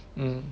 mm